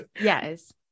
Yes